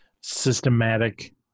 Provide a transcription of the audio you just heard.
systematic